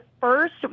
first